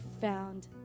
found